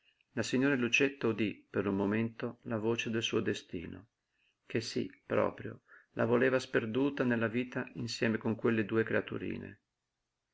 la signora lucietta udí per un momento la voce del suo destino che sí proprio la voleva sperduta nella vita insieme con quelle due creaturine